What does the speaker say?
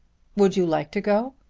would you like to go?